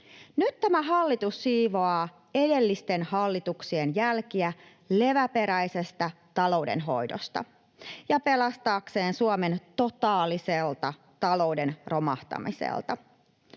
Nyt tämä hallitus siivoaa edellisten hallituksien jälkiä leväperäisestä taloudenhoidosta pelastaakseen Suomen totaaliselta talouden romahtamiselta.